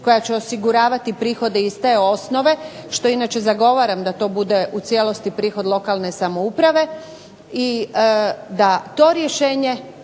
koja će osiguravati prihode iz te osnove, što inače zagovaram da to bude u cijelosti prihod lokalne samouprave i da to rješenje